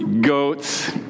Goats